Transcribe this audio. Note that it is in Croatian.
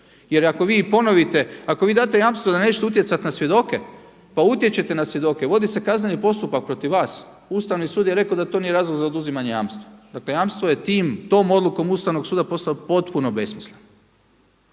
Jer ako vi ponovite, ako vi date jamstvo da nećete utjecat na svjedoke, pa utječete na svjedoke, vodi se kazneni postupak protiv vas. Ustavni sud je rekao da to nije razlog za oduzimanje jamstva. Dakle jamstvo je tim, tom odlukom Ustavnog suda postao potpuno besmislen.